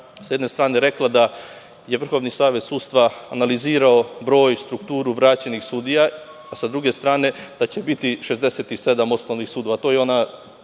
sa jedne strane rekla da je Vrhovni savet sudstva analizirao broj i strukturu vraćenih sudija, a sa druge strane da će biti 67 osnovnih sudova. To je ona